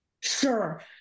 Sure